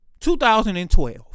2012